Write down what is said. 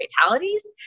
fatalities